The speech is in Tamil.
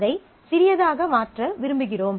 அதை சிறியதாக மாற்ற விரும்புகிறோம்